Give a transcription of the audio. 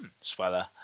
Sweller